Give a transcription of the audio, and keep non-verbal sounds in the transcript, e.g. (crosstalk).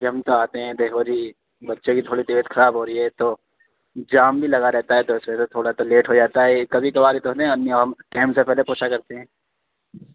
جی ہم تو آتے ہیں دیکھو جی بچے کی تھوڑی طبیعت خراب ہو رہی ہے تو جام بھی لگا رہتا ہے تو اس وجہ سے تھوڑا تو لیٹ ہو جاتا ہے کبھی کبھار تو (unintelligible) ٹائم سے پہلے پہنچا کرتے ہیں